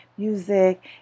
music